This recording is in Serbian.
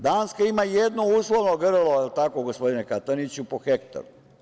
Danska ima jedno uslovno grlo, jel tako gospodine Kataniću, po hektaru.